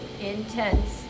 intense